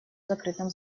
закрытом